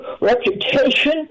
reputation